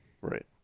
Right